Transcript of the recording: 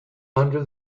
under